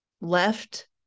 left